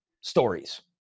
stories